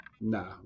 No